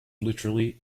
literally